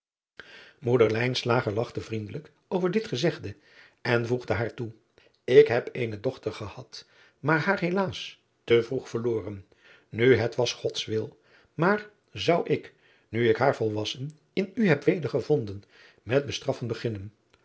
oeder lachte vriendelijk over dit gezegde en voegde haar toe k heb eene dochter gehad maar haar helaas te vroeg verloren nu het was ods wil maar zou ik nu ik haar volwassen in u heb wedergevonden met bestraffen beginnen